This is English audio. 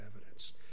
evidence